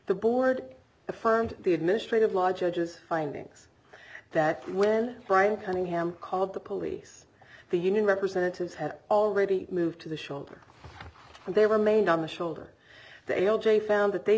the board affirmed the administrative law judges findings that when brian cunningham called the police the union representatives had already moved to the shoulder and they were made on the shoulder they o j found that they